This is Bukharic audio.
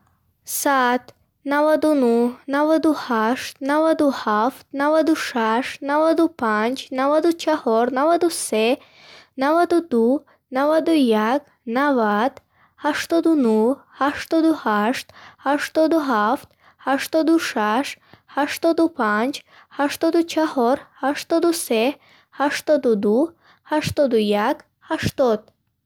Сад, наваду нӯҳ, наваду ҳашт, наваду ҳафт, наваду шаш, наваду панҷ, наваду чаҳор, наваду се, наваду ду, наваду як, навад, ҳаштоду нӯҳ, ҳаштоду ҳашт, ҳаштоду ҳафт, ҳаштоду шаш, ҳаштоду панҷ, ҳаштоду чаҳор, ҳаштоду се, ҳаштоду ду, ҳаштоду як, ҳаштод.